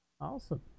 awesome